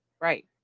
Right